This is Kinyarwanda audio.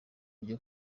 ryo